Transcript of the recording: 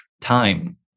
time